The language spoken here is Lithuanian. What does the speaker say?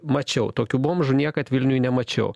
mačiau tokių bomžų niekad vilniuj nemačiau